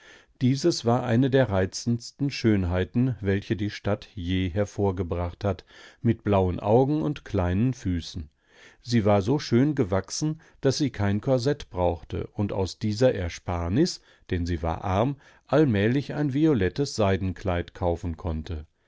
diese war eine der reizendsten schönheiten welche die stadt je hervorgebracht hat mit blauen augen und kleinen füßen sie war so schön gewachsen daß sie kein korsett brauchte und aus dieser ersparnis denn sie war arm allmählich ein violettes seidenkleid kaufen konnte